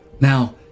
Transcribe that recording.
Now